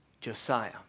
Josiah